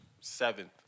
seventh